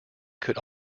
could